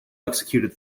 executed